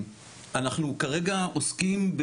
אנחנו כרגע עוסקים,